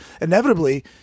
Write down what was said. inevitably